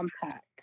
Compact